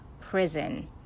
prison